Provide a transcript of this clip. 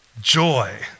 Joy